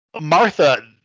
Martha